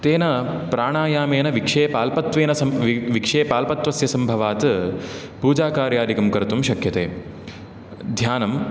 तेन प्राणायामेन विक्षेप अल्पत्वेन सम् विक्षेप अल्पत्वस्य सम्भवात् पूजाकार्यादिकं कर्तुं शक्यते ध्यानम्